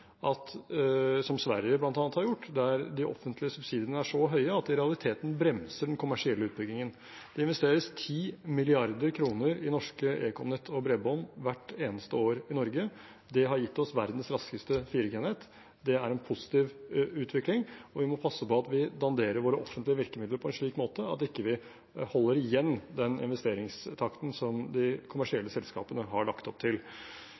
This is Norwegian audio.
som bl.a. Sverige har gjort, der de offentlige subsidiene er så høye at de i realiteten bremser den kommersielle utbyggingen. Det investeres 10 mrd. kr i norske ekomnett og bredbånd hvert eneste år i Norge. Det har gitt oss verdens raskeste 4G-nett, det er en positiv utvikling, og vi må passe på at vi danderer våre offentlige virkemidler på en slik måte at vi ikke holder igjen den investeringstakten som de kommersielle selskapene har lagt opp til.